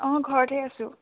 অঁ ঘৰতেই আছোঁ